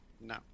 No